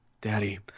Daddy